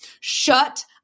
Shut